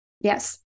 Yes